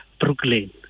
Brooklyn